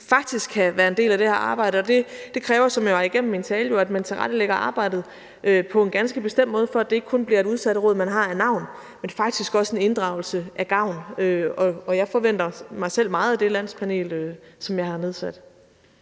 faktisk kan være en del af det her arbejde. Det kræver jo, hvilket jeg gik igennem i min tale, at man tilrettelægger arbejdet på en ganske bestemt måde, så det ikke kun bliver et udsatteråd, man har af navn, men faktisk også en inddragelse af gavn. Og selv forventer jeg mig meget af det landspanel, som jeg har nedsat.